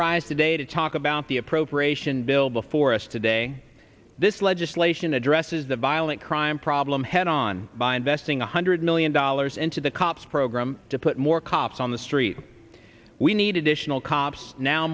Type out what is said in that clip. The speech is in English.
rise today to talk about the appropriation bill before us today this legislation addresses the violent crime problem head on by investing one hundred million dollars into the cops program to put more cops on the street we need additional cops now